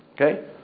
Okay